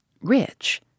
Rich